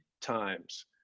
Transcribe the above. times